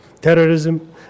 terrorism